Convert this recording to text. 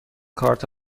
کارت